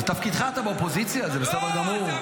זה תפקידך, אתה באופוזיציה, זה בסדר גמור.